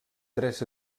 tres